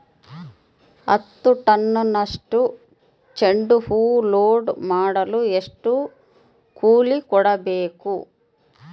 ಹತ್ತು ಟನ್ನಷ್ಟು ಚೆಂಡುಹೂ ಲೋಡ್ ಮಾಡಲು ಎಷ್ಟು ಕೂಲಿ ಕೊಡಬೇಕು?